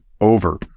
over